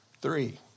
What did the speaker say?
Three